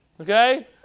okay